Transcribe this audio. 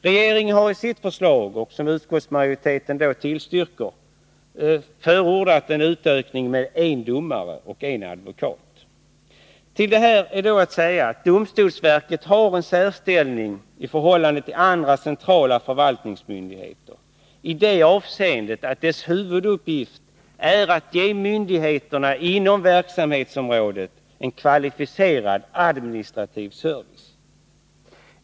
Regeringen har i sitt förslag, vilket utskottsmajoriteten tillstyrker, förordat en utökning med en domare och en advokat. Till detta är att säga att domstolsverket har en särställning i förhållande till andra centrala förvaltningsmyndigheter i det avseendet att dess huvuduppgift är att ge myndigheterna inom förvaltningsområdet kvalificerad administrativ service.